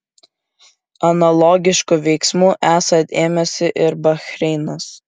analogiškų veiksmų esą ėmėsi ir bahreinas